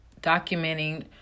documenting